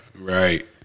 Right